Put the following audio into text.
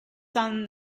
son